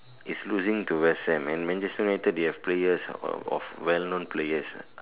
is losing to West Ham and Manchester United they have player of well known players